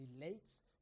Relates